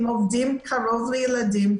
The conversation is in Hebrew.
אם עובדים קרוב לילדים,